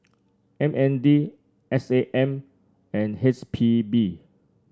M N D S A M and H P B